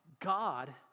God